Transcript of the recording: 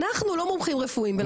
אנחנו לא מומחים רפואיים,